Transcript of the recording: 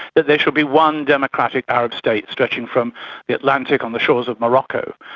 that there should be one democratic arab state stretching from the atlantic on the shores of morocco,